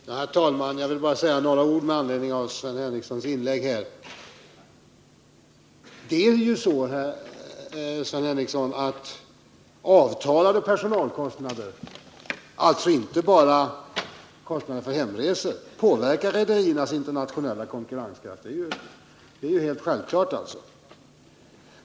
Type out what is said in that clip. Herr talman! Jag vill säga några ord med anledning av Sven Henricssons inlägg. Det är självfallet så, Sven Henricsson, att avtalade personalkostnader — alltså inte bara kostnader för hemresor — påverkar rederiernas internationella konkurrenskraft.